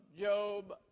Job